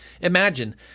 Imagine